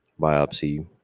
biopsy